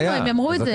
אמרנו את זה.